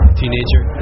teenager